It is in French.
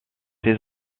ses